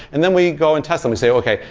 and then we go and test them. we say, okay,